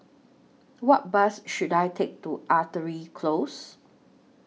What Bus should I Take to Artillery Close